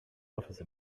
office